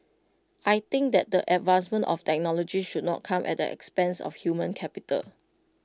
I think that the advancement of technology should not come at the expense of human capital